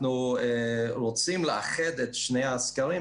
אנחנו רוצים לאחד את שני הסקרים,